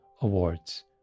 awards